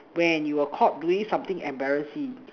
when you were caught doing something embarrassing